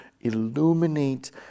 illuminate